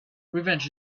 revenge